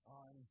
on